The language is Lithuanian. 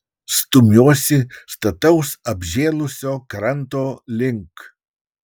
stumiuosi stataus apžėlusio kranto link